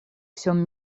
всем